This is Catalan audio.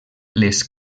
les